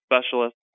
specialist